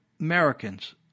Americans